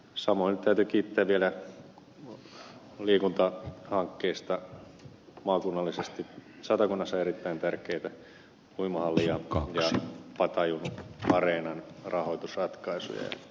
samoin täytyy kiittää vielä liikuntahankkeesta maakunnallisesti satakunnassa erittäin tärkeitä uimahallin ja patajunnuareenan rahoitusratkaisuja